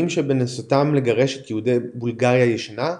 שבנסותם לגרש את יהודי "בולגריה הישנה",